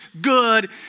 good